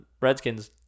Redskins